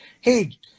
hey